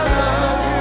love